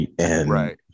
Right